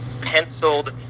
penciled